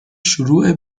شروع